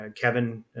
Kevin